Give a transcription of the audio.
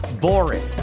boring